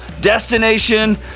Destination